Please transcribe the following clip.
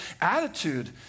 attitude